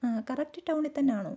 ആ കറക്റ്റ് ടൗണി തന്നെ ആണോ